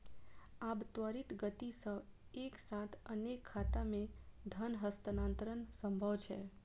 आब त्वरित गति सं एक साथ अनेक खाता मे धन हस्तांतरण संभव छै